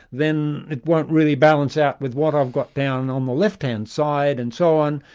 then it won't really balance out with what i've got down on the left-hand side', and so on.